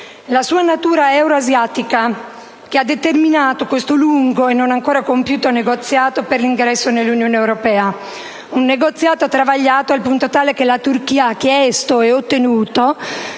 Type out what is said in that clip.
La sua natura euroasiatica ha determinato questo lungo e non ancora compiuto negoziato per l'ingresso nell'Unione europea: un negoziato travagliato al punto tale che la Turchia ha chiesto e ottenuto